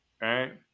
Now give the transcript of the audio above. right